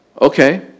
Okay